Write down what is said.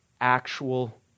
Actual